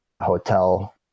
hotel